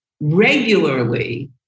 regularly